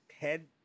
head